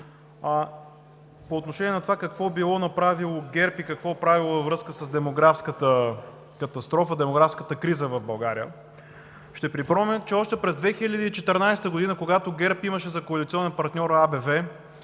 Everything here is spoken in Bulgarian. По отношение на това, какво било направило ГЕРБ и какво правило във връзка с демографската катастрофа, демографската криза в България. Ще припомня, че още през 2014 г., когато ГЕРБ имаше за коалиционен партньор АБВ